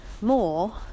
more